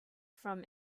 from